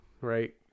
Right